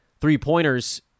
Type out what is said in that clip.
three-pointers